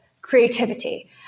creativity